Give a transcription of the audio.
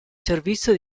servizio